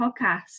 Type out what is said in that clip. podcast